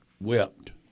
wept